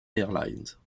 airlines